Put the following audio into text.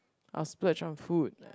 I'll splurge on food